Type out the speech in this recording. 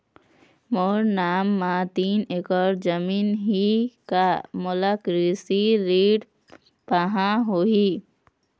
मोर नाम म तीन एकड़ जमीन ही का मोला कृषि ऋण पाहां होही?